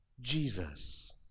Jesus